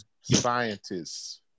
scientists